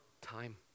time